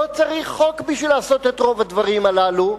לא צריך חוק כדי לעשות את רוב הדברים הללו,